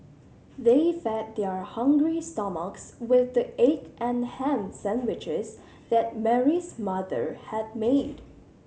they fed their hungry stomachs with the egg and ham sandwiches that Mary's mother had made